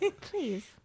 Please